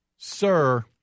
Sir